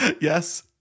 yes